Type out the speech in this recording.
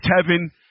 heaven